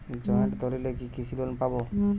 Joint দলিলে কি কৃষি লোন পাব?